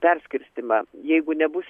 perskirstymą jeigu nebus